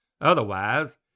Otherwise